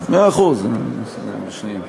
בבקשה, אדוני.